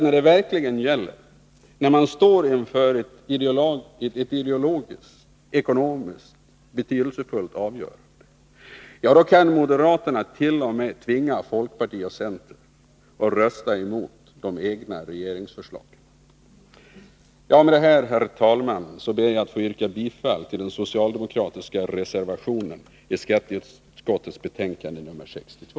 När det verkligen gäller, när man står inför ett ideologiskt och ekonomiskt betydelsefullt avgörande kan moderaterna t.o.m. tvinga folkparti och center att rösta emot de egna regeringsförslagen. Med detta, herr talman, ber jag att få yrka bifall till den socialdemokratiska reservationen i skatteutskottets betänkande nr 62.